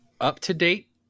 up-to-date